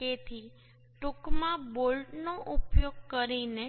તેથી ટૂંકમાં બોલ્ટનો ઉપયોગ કરીને